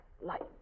light